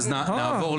אדוני היו״ר,